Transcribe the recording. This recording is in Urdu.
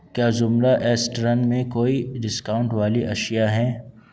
کیا زمرہ ایسٹرن میں کوئی ڈسکاؤنٹ والی اشیا ہیں